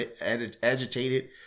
agitated